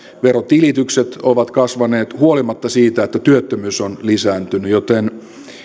verotilitykset ovat kasvaneet huolimatta siitä että työttömyys on lisääntynyt joten